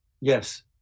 Yes